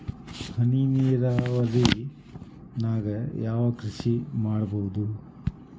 ಹನಿ ನೇರಾವರಿ ನಾಗ್ ಯಾವ್ ಕೃಷಿ ಮಾಡ್ಬೋದು?